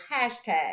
hashtag